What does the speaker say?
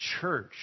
church